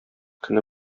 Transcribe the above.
көне